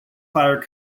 fire